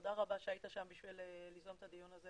תודה רבה שהיית שם בשביל ליזום את הדיון הזה